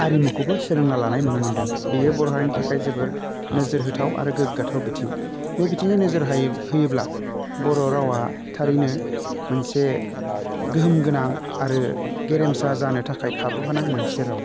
आरिमुखौबो सोलोंना लानाय नुनो मोनदों बेयो बर' हारिनि थाखाय जोबोर नोजोर होथाव आरो गोग्गाथाव बिथिं बे बिथिंनि नोजोर होयोब्ला बर' रावा थारैनो मोनसे गोहोम गोनां आरो गेरेमसा जानो थाखाय खाबुगोनां मोनसे राव